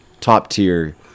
top-tier